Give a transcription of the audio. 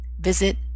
visit